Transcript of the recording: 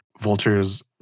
Vulture's